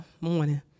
morning